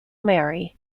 mary